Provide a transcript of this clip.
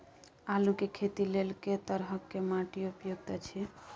आलू के खेती लेल के तरह के माटी उपयुक्त अछि?